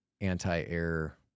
anti-air